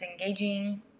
engaging